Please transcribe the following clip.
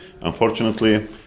Unfortunately